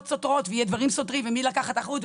סותרות ויהיו דברים סותרים ומי לקח את האחריות,